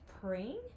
praying